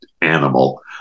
Animal